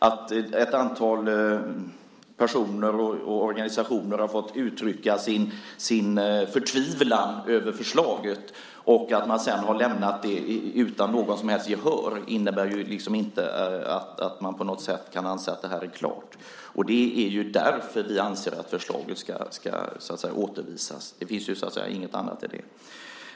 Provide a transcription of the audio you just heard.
Att ett antal personer och organisationer har fått uttrycka sin förtvivlan över förslaget, och att man sedan har lämnat det utan något som helst gehör, innebär inte att man på något sätt kan anse att det är klart. Det är därför vi anser att förslaget ska återförvisas. Det finns inget annat i detta.